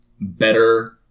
better